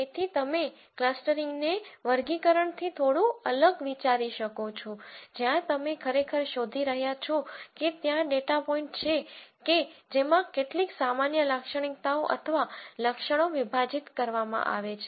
તેથી તમે ક્લાસ્ટિંગ ને વર્ગીકરણથી થોડું અલગ વિચારી શકો છો જ્યાં તમે ખરેખર શોધી રહ્યાં છો કે ત્યાં ડેટા પોઇન્ટ છે કે જેમાં કેટલીક સામાન્ય લાક્ષણિકતાઓ અથવા લક્ષણો વિભાજિત કરવામાં આવે છે